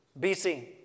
BC